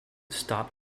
stop